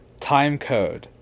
Timecode